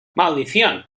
maldición